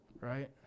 Right